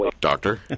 Doctor